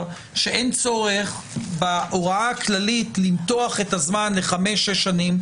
שאין צורך בהוראה הכללית למתוח את הזמן לחמש-שש שנים,